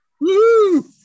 woo